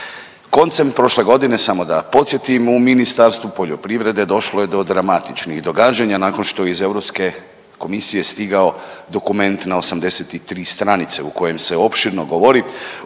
Koncem prošle godine, samo da podsjetim, u Ministarstvu poljoprivrede došlo je do dramatičnih događanja nakon što je iz Europske komisije stigao dokument na 83 stranice u kojem se opširno govori